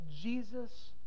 Jesus